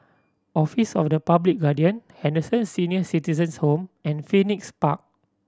Office of the Public Guardian Henderson Senior Citizens' Home and Phoenix Park